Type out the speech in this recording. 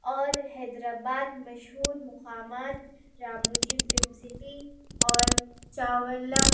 اور حیدرآباد مشہور مقامات رامو جی فلم سٹی اور چاولم